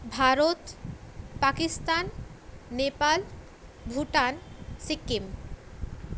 Bharat Pakistan Nepal Bhutan Sikkim